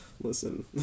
listen